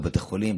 בבתי חולים,